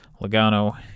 Logano